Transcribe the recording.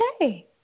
Okay